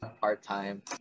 part-time